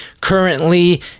currently